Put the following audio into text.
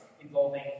involving